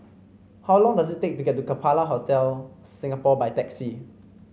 how long does it take to get to Capella Hotel Singapore by taxi